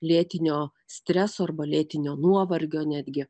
lėtinio streso arba lėtinio nuovargio netgi